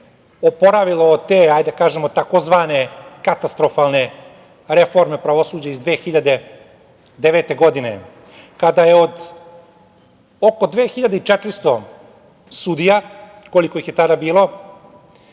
oporavilo do te, hajde tako da kažemo, tzv. katastrofalne reforme pravosuđa iz 2009. godine kada je oko 2.400 sudija, koliko ih je tada bilo,